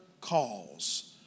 calls